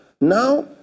Now